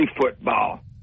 football